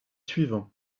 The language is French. suivants